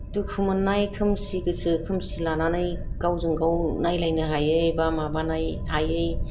दुखु मोन्नाय खोमसि गोसो खोमसि लानानै गावजों गाव नायलायनो हायै बा माबानाय हायै